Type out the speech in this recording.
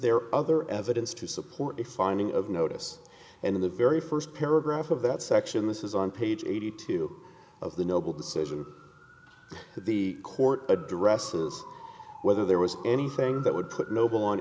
there other evidence to support the finding of notice in the very first paragraph of that section this is on page eighty two of the noble decision the court addressed whether there was anything that would put noble on